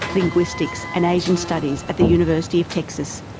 linguistics and asian studies at the university of texas,